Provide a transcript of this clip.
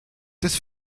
des